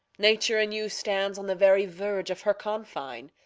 nature in you stands on the very verge of her confine.